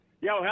Yo